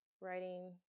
writing